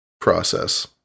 process